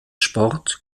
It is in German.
sport